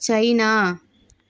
China